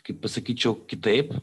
kaip pasakyčiau kitaip